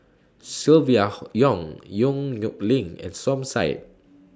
Silvia Yong Yong Nyuk Lin and Som Said